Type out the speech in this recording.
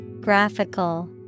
Graphical